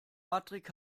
patrick